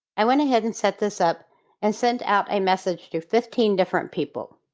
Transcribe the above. i went ahead and set this up and sent out a message to fifteen different people.